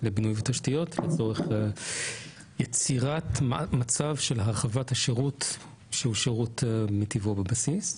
לבינוי ותשתיות לצורך יצירת מצב של הרחבת השירות שהוא שירות מטבעו בבסיס.